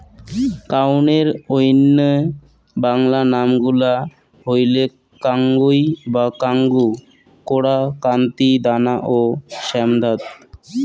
কাউনের অইন্য বাংলা নাম গুলা হইলেক কাঙ্গুই বা কাঙ্গু, কোরা, কান্তি, দানা ও শ্যামধাত